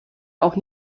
auch